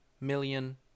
million